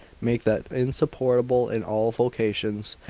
make that insupportable in all vocations,